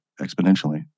exponentially